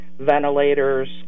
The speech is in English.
ventilators